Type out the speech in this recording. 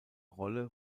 rolle